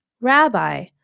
Rabbi